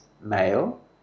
male